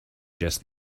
just